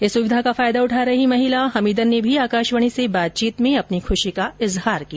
इस सुविधा से लाभान्वित महिला हमीदन ने भी आकाशवाणी से बातचीत में अपनी खुशी का इजहार किया